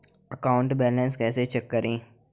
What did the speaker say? Account balance कैसे check करें?